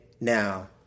now